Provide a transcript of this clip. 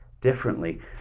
differently